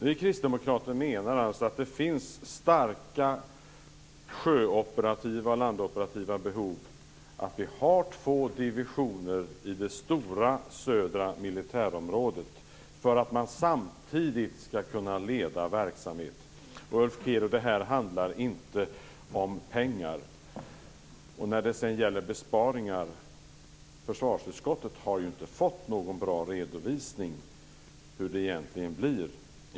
Vi kristdemokrater menar alltså att det finns starka sjöoperativa och landoperativa behov av att vi har två divisioner i det stora södra militärområdet, för att man samtidigt skall kunna leda verksamhet. Ulf Kero, det här handlar inte om pengar. När det sedan gäller besparingar har försvarsutskottet ju inte fått någon bra redovisning av hur det egentligen blir.